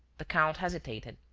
the count hesitated,